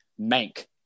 Mank